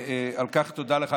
על כך תודה לך.